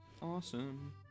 Awesome